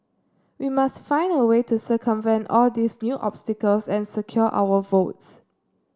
we must find a way to circumvent all these new obstacles and secure our votes